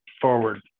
forward